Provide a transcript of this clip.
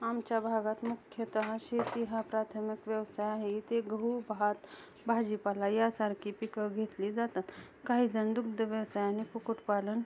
आमच्या भागात मुख्यतः शेती हा प्राथमिक व्यवसाय आहे इथं गहू भात भाजीपाला यासारखी पिकं घेतली जातात काहीजण दुग्ध व्यवसाय आणि कुक्कुटपालन